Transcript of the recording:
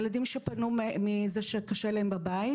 ילדים שפנו כי קשה להם בבית.